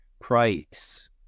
price